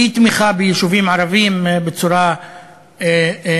אי-תמיכה ביישובים ערביים בצורה מספקת.